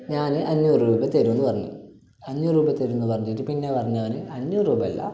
ഞാൻ അഞ്ഞൂറ് രൂപ തരുമെന്ന് പറഞ്ഞ് അഞ്ഞൂറ് രൂപ തരുംന്ന് പറഞ്ഞിട്ട് പിന്നെ പറഞ്ഞവന് അഞ്ഞൂറ് രൂപ അല്ല